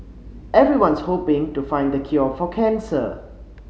everyone's hoping to find the cure for cancer